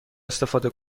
استفاده